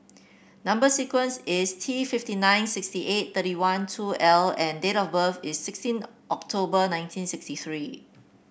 number sequence is T fifty nine sixty eight thirty one two L and date of birth is sixteen October nineteen sixty three